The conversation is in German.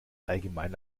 allgemein